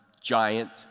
giant